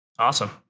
Awesome